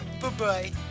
bye-bye